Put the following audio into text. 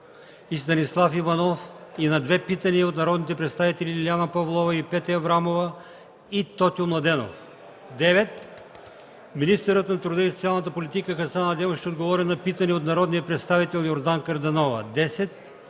Станислав Иванов и на 2 питания от народните представители Лиляна Павлова, и Петя Аврамова и Тотю Младенов. 9. Министърът на труда и социалната политика Хасан Адемов ще отговори на питане от народния представител Йорданка Йорданова. 10.